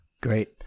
great